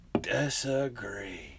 Disagree